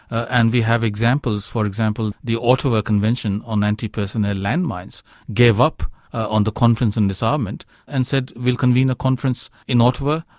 and we have examples, for example, the ottawa convention on antipersonnel landmines gave up on the conference on and disarmament and said we will convene a conference in ottawa,